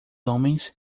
homens